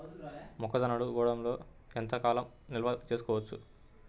మొక్క జొన్నలు గూడంలో ఎంత కాలం నిల్వ చేసుకోవచ్చు?